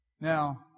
Now